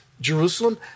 Jerusalem